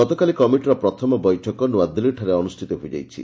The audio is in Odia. ଗତକାଲି କମିଟିର ପ୍ରଥମ ବୈଠକ ନ୍ଆଦିଲ୍କୀଠାରେ ଅନୁଷ୍ଠିତ ହୋଇଯାଇଛି